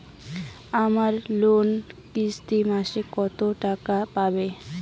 আমার লোনের কিস্তি মাসিক কত টাকা পড়বে?